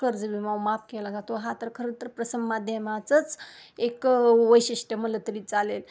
कर्ज विमा माफ केला जातो हा तर खरं तर प्रसममाध्यमाचंच एक वैशिष्ट्य म्हटलं तरी चालेल